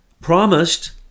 promised